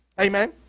Amen